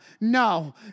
no